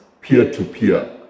peer-to-peer